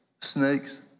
snakes